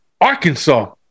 Arkansas